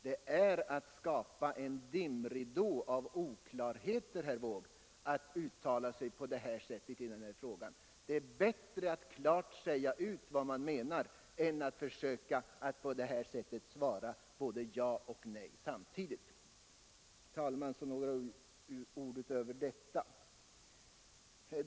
Det är att skapa en dimridå av oklarheter att uttala sig på det sätt som herr Wååg gjorde i den här frågan. Det är bättre att klart säga ut vad man menar än att försöka svara både ja och nej samtidigt. Herr talman! Några ord utöver detta.